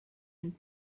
and